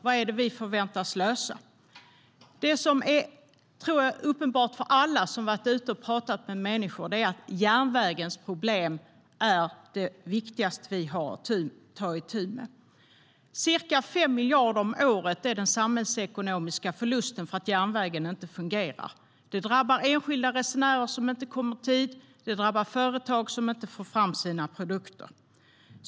Vad är det som vi förväntas lösa? Det som är uppenbart för alla som har varit ute och pratat med människor är att järnvägens problem är det viktigaste vi har att ta itu med. Ca 5 miljarder om året är den samhällsekonomiska förlusten för att järnvägen inte fungerar. Det drabbar enskilda resenärer som inte kommer i tid. Det drabbar företag som inte får fram sina produkter.